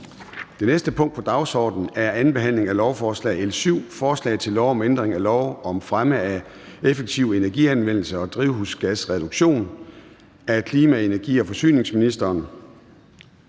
Det næste punkt på dagsordenen er: 7) 2. behandling af lovforslag nr. L 7: Forslag til lov om ændring af lov om fremme af effektiv energianvendelse og drivhusgasreduktion. (Udmøntning af CCUS-puljer